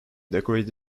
decorated